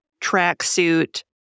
tracksuit